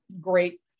great